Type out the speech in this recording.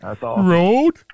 Road